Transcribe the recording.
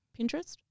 pinterest